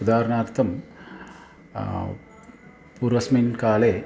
उदाहरणार्थं पूर्वस्मिन् काले